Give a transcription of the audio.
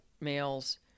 males